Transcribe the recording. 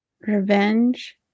Revenge